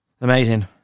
Amazing